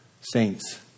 Saints